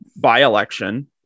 by-election